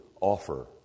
offer